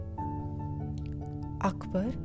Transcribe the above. Akbar